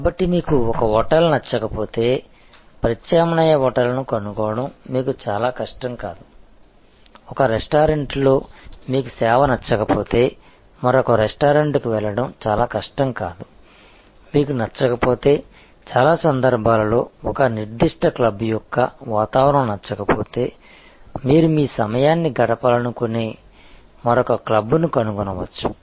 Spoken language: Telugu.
కాబట్టి మీకు ఒక హోటల్ నచ్చకపోతే ప్రత్యామ్నాయ హోటల్ను కనుగొనడం మీకు చాలా కష్టం కాదు ఒక రెస్టారెంట్లో మీకు సేవ నచ్చకపోతే మరొక రెస్టారెంట్కు వెళ్లడం చాలా కష్టం కాదు మీకు నచ్చకపోతే చాలా సందర్భాలలో ఒక నిర్దిష్ట క్లబ్ యొక్క వాతావరణం నచ్చకపోతే మీరు మీ సమయాన్ని గడపాలనుకునే మరొక క్లబ్ను కనుగొనవచ్చు